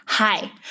Hi